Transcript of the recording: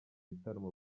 bitaramo